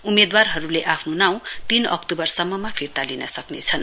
उम्मेद्वारहरूले आफ्नो नाउँ तीन अक्टूबरसम्ममा फिर्ता लिन सक्नेछन्